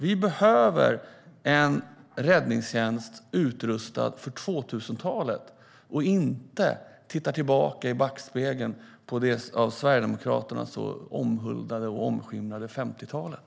Vi behöver en räddningstjänst utrustad för 2000-talet. Vi kan inte titta tillbaka i backspegeln på det av Sverigedemokraterna så omhuldade och omskimrade 50-talet.